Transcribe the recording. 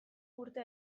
urte